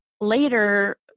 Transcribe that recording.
later